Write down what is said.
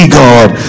god